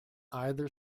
either